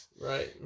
Right